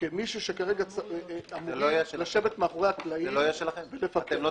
כאמורים לשבת מאחורי הקלעים ולפקח.